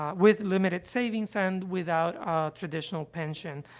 um with limited savings and without a traditional pension.